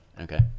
Okay